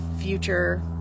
future